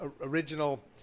original